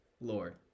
Lord